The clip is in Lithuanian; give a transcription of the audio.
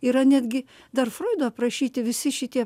yra netgi dar froido aprašyti visi šitie